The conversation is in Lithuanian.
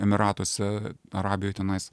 emyratuose arabijoj tenais